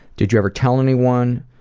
did you ever tell anyone?